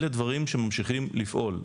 אלה דברים שממשיכים לפעול.